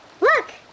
Look